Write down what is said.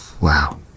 Wow